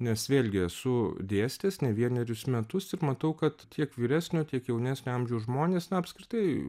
nes vėlgi esu dėstęs ne vienerius metus ir matau kad tiek vyresnio tiek jaunesnio amžiaus žmonės na apskritai